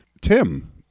Tim